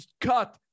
cut